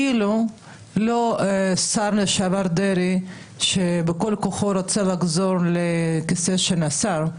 אילו לא שר לשעבר דרעי שבכל כוחו רוצה לחזור לכיסא השר,